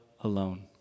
alone